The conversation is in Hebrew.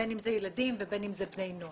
בין אם זה ילדים ובין אם זה בני נוער.